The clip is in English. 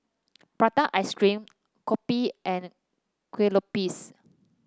Prata Ice Cream kopi and Kuih Lopes